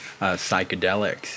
psychedelics